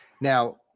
Now